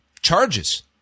charges